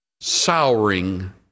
souring